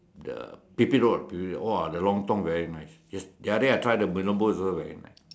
the Pipit road Pipit road !wah! the lofting very nice the other day I try the Mee-Rebus also very nice